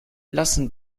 lassen